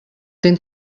den